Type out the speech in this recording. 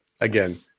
Again